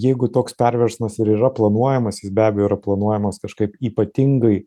jeigu toks perversmas ir yra planuojamas jis be abejo yra planuojamas kažkaip ypatingai